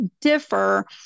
differ